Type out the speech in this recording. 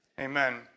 amen